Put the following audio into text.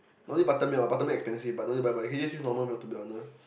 only buttermilk ah buttermilk expensive but don't need to buy can just use normal milk to be honest